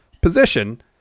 position